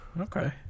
Okay